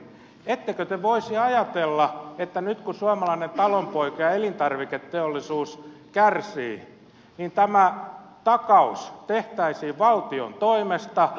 ettekö te voisi ajatella että nyt kun suomalainen talonpoika ja elintarviketeollisuus kärsii tämä takaus tehtäisiin valtion toimesta